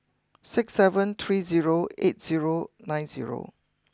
six seven three zero eight zero nine zero